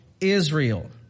Israel